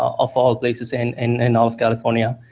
of all places in and and north california.